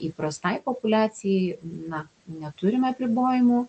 įprastai populiacijai na neturim apribojimų